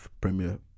Premier